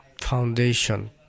Foundation